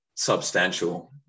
substantial